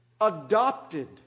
Adopted